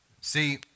See